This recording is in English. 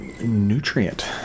nutrient